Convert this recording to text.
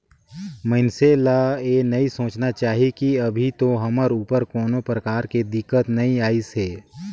मइनसे ल ये नई सोचना चाही की अभी तो हमर ऊपर कोनो परकार के दिक्कत नइ आइसे